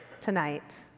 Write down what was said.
tonight